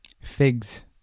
Figs